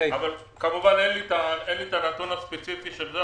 כמובן אין לי הנתון הספציפי הזה.